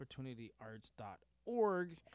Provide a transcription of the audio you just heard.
opportunityarts.org